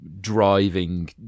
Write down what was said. driving